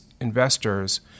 investors